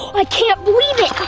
i can't believe it!